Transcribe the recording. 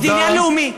זה עניין עקרוני.